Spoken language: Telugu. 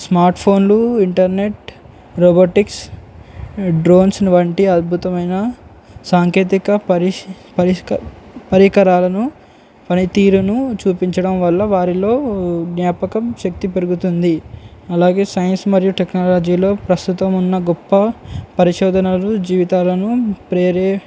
స్మార్ట్ఫోన్ను ఇంటర్నెట్ రోబోటిక్స్ డ్రోన్స్ వంటి అద్భుతమైన సాంకేతికత పరిష్ పరిష్క పరికరాలను పనితీరును చూపించడం వల్ల వారిలో జ్ఞాపక శక్తి పెరుగుతుంది అలాగే సైన్స్ మరియు టెక్నాలజీలో ప్రస్తుతం ఉన్న గొప్ప పరిశోధనలు జీవితాలను ప్రేరే